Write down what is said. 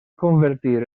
convertir